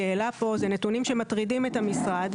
העלה פה אלו נתונים שמטרידים את המשרד,